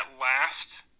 last